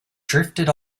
drifted